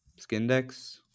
Skindex